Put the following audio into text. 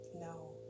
No